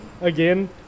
again